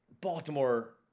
Baltimore